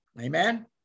Amen